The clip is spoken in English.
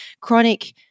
chronic